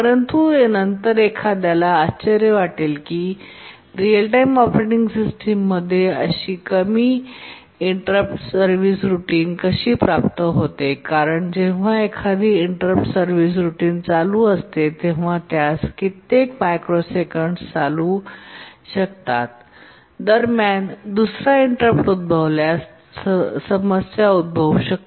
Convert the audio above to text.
परंतु नंतर एखाद्याला आश्चर्य वाटेल की रिअल टाईम ऑपरेटिंग सिस्टममध्ये अशी कमी इंटरप्ट सर्विस रुटीन कशी प्राप्त होते कारण जेव्हा एखादी इंटरप्ट सर्व्हिस रूटीन चालू असते तेव्हा त्यास कित्येक मायक्रोसेकँड्स चालू शकतात दरम्यान दुसरा इंटरप्ट उद्भवल्यास समस्या उद्भवू शकते